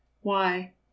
Why